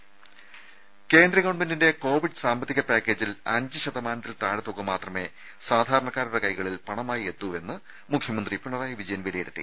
രുമ കേന്ദ്ര ഗവൺമെന്റിന്റെ കോവിഡ് സാമ്പത്തിക പാക്കേജിൽ അഞ്ചു ശതമാനത്തിൽ താഴെ തുക മാത്രമേ സാധാരണക്കാരുടെ കൈകളിൽ പണമായി എത്തൂവെന്ന് മുഖ്യമന്ത്രി പിണറായി വിജയൻ വിലയിരുത്തി